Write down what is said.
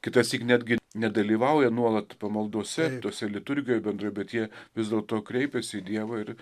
kitąsyk netgi nedalyvauja nuolat pamaldose tose liturgijoj bendroj bet jie vis dėlto kreipias į dievą ir